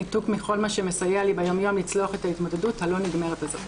ניתוק מכל מה שמסייע לי ביום-יום לצלוח את ההתמודדות הלא נגמרת הזאת".